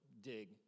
dig